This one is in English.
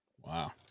Wow